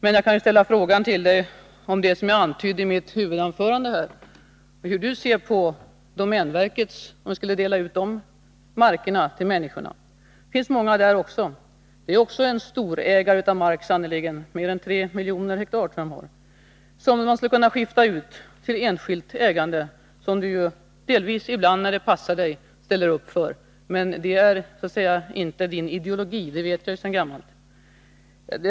Men jag kan ju ställa frågan om det som jag antydde i mitt huvudanförande, hur ni ser på om man skulle dela ut domänverkets marker till människorna. Det finns många där också. Det är sannerligen också en stor ägare av mark — mer än 3 miljoner hektar tror jag det har, som man skulle kunna skifta ut till enskilt ägande — som ni ju delvis, ibland, när det passar er, ställer upp för. Men det är inte Jörn Svenssons ideologi, det vet jag ju sedan gammalt.